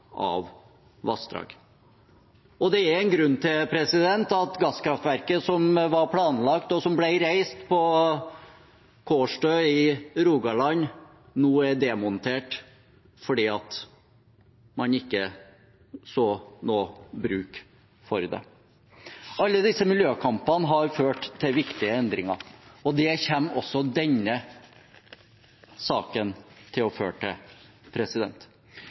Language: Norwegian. av vassdrag. Og det er en grunn til at gasskraftverket som var planlagt og som ble reist på Kårstø i Rogaland, nå er demontert – fordi man ikke så noe bruk for det. Alle disse miljøkampene har ført til viktige endringer, og det kommer også denne saken til å føre til.